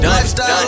Lifestyle